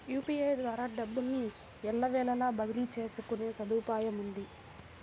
UPI ద్వారా డబ్బును ఎల్లవేళలా బదిలీ చేసుకునే సదుపాయముంది